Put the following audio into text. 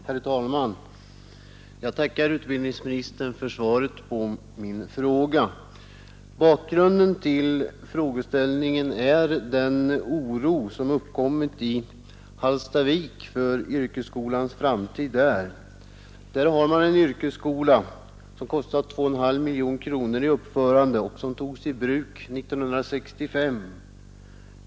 Herr talman! Jag tackar utbildningsministern för svaret på min fråga. Bakgrunden till frågeställningen är den oro som uppkommit i Hallstavik för yrkesskolans framtid där. På orten finns en yrkesskola, som kostat 2,5 miljoner kronor i uppförande och som togs i bruk 1965.